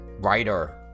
writer